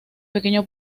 pequeño